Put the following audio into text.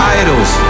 idols